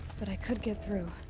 but i could get through.